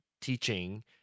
teaching